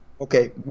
Okay